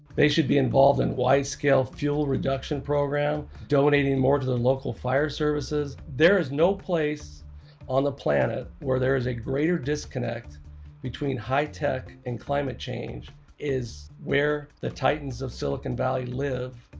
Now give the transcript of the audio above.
they should be involved in wide scale fuel reduction program, donating more to the local fire services. there is no place on the planet where there is a greater disconnect between high tech and climate change is where the titans of silicon valley live.